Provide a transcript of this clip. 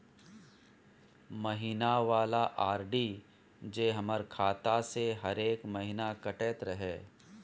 महीना वाला आर.डी जे हमर खाता से हरेक महीना कटैत रहे?